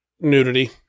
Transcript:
Nudity